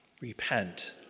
Repent